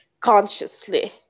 consciously